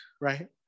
right